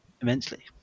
immensely